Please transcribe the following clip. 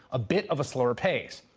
a bit of a slower pace.